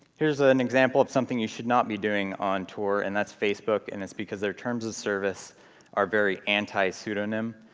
here's ah an example of something you should not be doing on tor, and it's facebook. and it's because their terms of service are very antipseudonym.